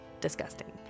disgusting